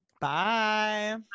Bye